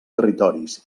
territoris